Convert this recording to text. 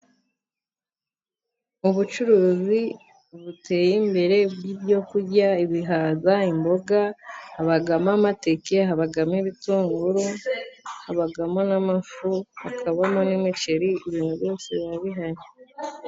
Ubucuruzi buteye imbere bw'ibyo kurya, ibihaza, imboga, habamo amateke, habamo ibitunguru, habamo n'amafu, hakabamo n'imiceri, ibintu byinshi biba bihari.